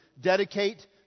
dedicate